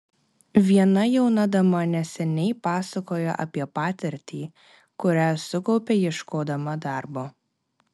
viena jauna dama neseniai pasakojo apie patirtį kurią sukaupė ieškodama darbo